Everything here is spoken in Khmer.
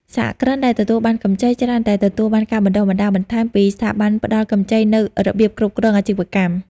សហគ្រិនដែលទទួលបានកម្ចី ច្រើនតែទទួលបានការបណ្ដុះបណ្ដាលបន្ថែមពីស្ថាប័នផ្ដល់កម្ចីនូវរបៀបគ្រប់គ្រងអាជីវកម្ម។